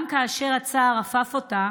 גם כאשר הצער אפף אותה